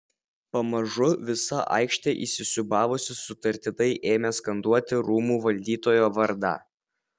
pamažu visa aikštė įsisiūbavusi sutartinai ėmė skanduoti rūmų valdytojo vardą